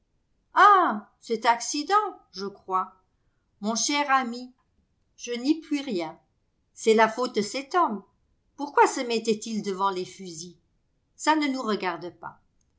ah cet accident je crois mon cher ami je n'y puis rien c'est la faute de cet homme pourquoi se mettait-il devant les fusils ça ne nous regarde pas